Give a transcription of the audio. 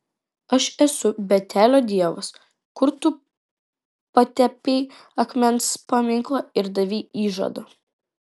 aš esu betelio dievas kur tu patepei akmens paminklą ir davei įžadą